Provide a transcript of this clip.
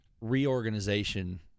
reorganization